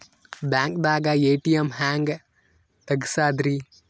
ಬ್ಯಾಂಕ್ದಾಗ ಎ.ಟಿ.ಎಂ ಹೆಂಗ್ ತಗಸದ್ರಿ?